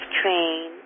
train